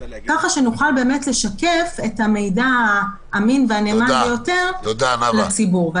כך שנוכל לשקף את המידע האמין והנאמן ביותר לציבור.